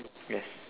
yes